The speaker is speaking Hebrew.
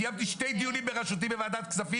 קיימתי שני דיונים בראשותי בוועדת כספים